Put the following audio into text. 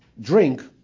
drink